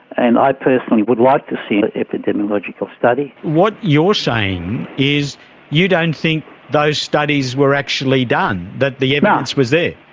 and i personally would like to see an epidemiological study. what you're saying is you don't think those studies were actually done, that the evidence was there?